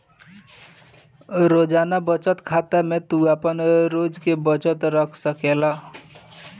रोजाना बचत खाता में तू आपन रोज के बचत के रख सकेला